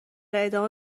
ادامه